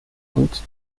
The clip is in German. und